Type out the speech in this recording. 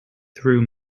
through